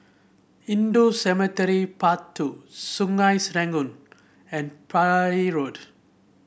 Hindu Cemetery Path Two Sungei Serangoon and Parry Road